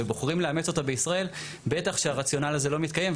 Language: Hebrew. ובוחרים לאמץ אותה בישראל - בטח שהרציונל הזה לא מתקיים.